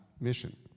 mission